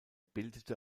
bildete